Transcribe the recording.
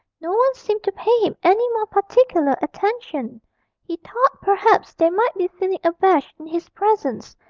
no one seemed to pay him any more particular attention he thought perhaps they might be feeling abashed in his presence,